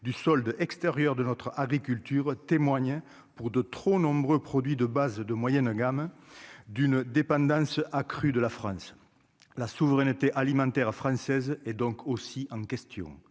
du solde extérieur de notre agriculture témoigner pour de trop nombreux produits de base de moyenne gamme d'une dépendance accrue de la France, la souveraineté alimentaire française et donc aussi en question